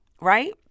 right